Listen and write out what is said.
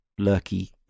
lurky